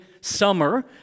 summer